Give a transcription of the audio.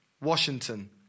Washington